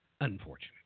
unfortunate